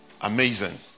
Amazing